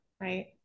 right